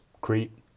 Crete